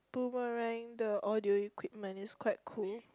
boomerang the audio equipment is quite cool